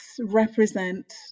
represent